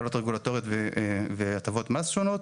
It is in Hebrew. הקלות רגולטוריות והטבות מס שונות,